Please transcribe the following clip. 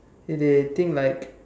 they think like